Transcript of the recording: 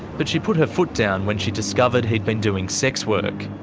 but she put her foot down when she discovered he'd been doing sex work.